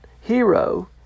hero